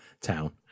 town